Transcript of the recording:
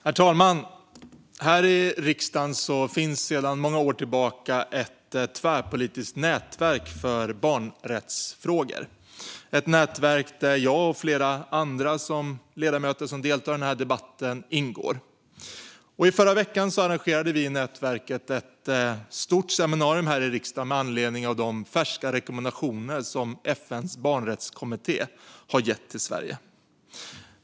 Herr talman! Här i riksdagen finns sedan många år tillbaka ett tvärpolitiskt nätverk för barnrättsfrågor. Det är ett nätverk där jag och flera andra ledamöter som deltar i debatten ingår. I förra veckan arrangerade vi i nätverket ett stort seminarium här i riksdagen med anledning av de färska rekommendationer som FN:s barnrättskommitté har gett Sverige.